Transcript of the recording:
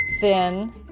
thin